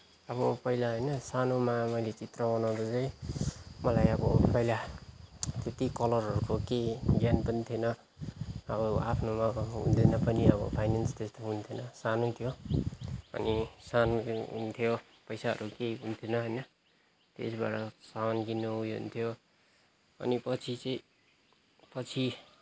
अब पहिला होइन सानोमा मैले चित्र बनाउँदा चाहिँ मलाई अब पहिला त्यती कलरहरूको केही ज्ञान पनि थिएन अब आफ्नोमा हुँदैन पनि अब फाइनेन्स त्यस्तो हुन्थेन सानै थियो अनि सानो पनि थियो पैसाहरू केही पनि थिएन होइन त्यसबाट सामान किन्न उयो हुन्थ्यो अनि पछि चाहिँ पछि